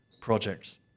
projects